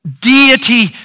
deity